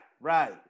right